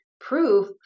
proof